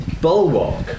bulwark